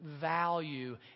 value